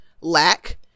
Lack